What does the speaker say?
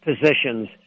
positions